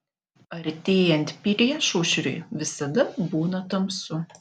artėjant priešaušriui visada būna tamsu